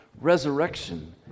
Resurrection